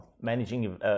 Managing